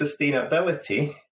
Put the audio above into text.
sustainability